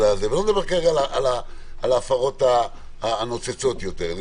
אני לא מדבר כרגע על ההפרות הנוצצות יותר אלא